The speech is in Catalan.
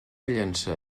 llençar